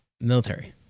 Military